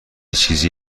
چیزی